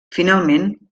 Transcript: finalment